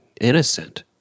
innocent